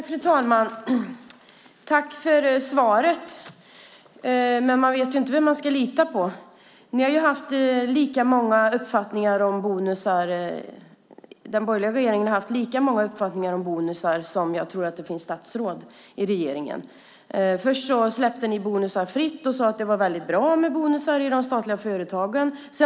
Fru talman! Tack för svaret! Jag vet inte vem jag ska lita på. Den borgerliga regeringen har haft lika många uppfattningar om bonusar som det finns statsråd i regeringen. Först släppte ni bonusar fritt och sade att det var bra med bonusar i de statliga företagen.